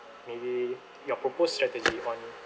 maybe your proposed strategy on